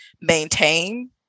maintain